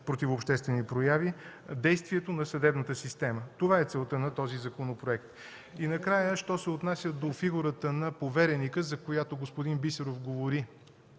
противообществени прояви, действието на съдебната система. Това е целта на този законопроект. Накрая, що се отнася до фигурата на повереника, за която господин Бисеров говори